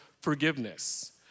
forgiveness